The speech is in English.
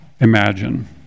imagine